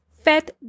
fat